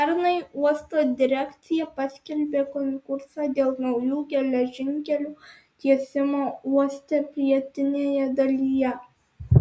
pernai uosto direkcija paskelbė konkursą dėl naujų geležinkelių tiesimo uoste pietinėje dalyje